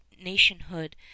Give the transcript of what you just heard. nationhood